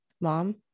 mom